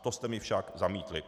To jste mi však zamítli.